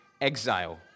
exile